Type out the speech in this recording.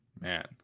Man